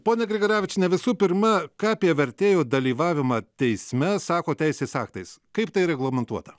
ponia grigaravičiene visų pirma ką apie vertėjo dalyvavimą teisme sako teisės aktais kaip tai reglamentuota